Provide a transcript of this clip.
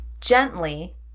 gently